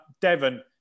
Devon